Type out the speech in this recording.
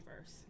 first